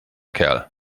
kerl